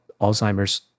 Alzheimer's